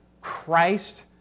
Christ